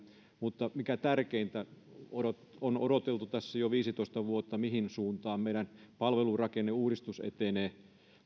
mutta mikä tärkeintä on odoteltu tässä jo viisitoista vuotta mihin suuntaan meidän palvelurakenneuudistus etenee